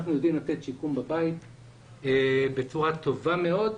אנחנו יודעים לתת שיקום בבית בצורה טובה מאוד.